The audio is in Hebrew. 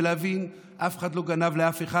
ולהבין שאף אחד לא גנב לאף אחד.